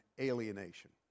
alienation